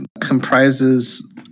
comprises